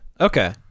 Okay